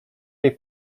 jej